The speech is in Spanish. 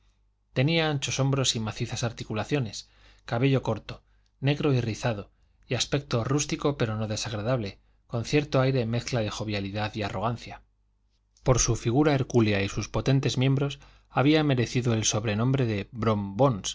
tenía anchos hombros y macizas articulaciones cabello corto negro y rizado y aspecto rústico pero no desagradable con cierto aire mezcla de jovialidad y arrogancia por su figura hercúlea y sus potentes miembros había merecido el sobrenombre de brom